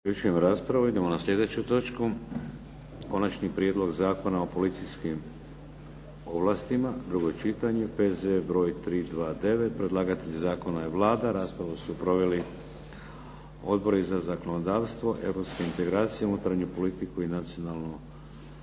Vladimir (HDZ)** Idemo na slijedeću točku. - Konačni prijedlog zakona o policijskim poslovima i ovlastima, drugo čitanje, P.Z.E. br. 329 Predlagatelj zakona je Vlada. Raspravu su proveli odbori za zakonodavstvo, europske integracije, unutarnju politiku i nacionalnu